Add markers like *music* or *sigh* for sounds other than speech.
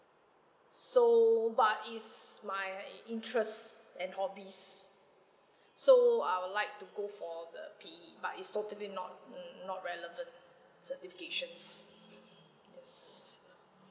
so but it's my interest and hobbies so I'll like to go for the P_E but it's totally not mm not relevant certifications *laughs* yes